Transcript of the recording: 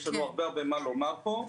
יש לנו הרבה מה לומר פה.